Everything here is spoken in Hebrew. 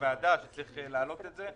הוועדה שצריך להעלות את זה.